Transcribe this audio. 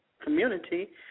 community